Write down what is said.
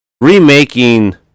remaking